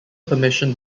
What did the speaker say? permission